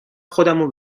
خودمو